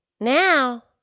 Now